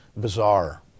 bizarre